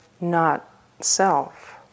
not-self